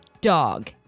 dog